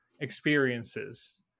experiences